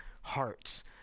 hearts